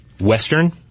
Western